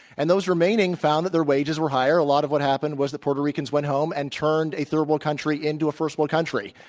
and those remaining found that their wages were higher. a lot of what happened was that puerto ricans went home and turned a third world country into a first world country.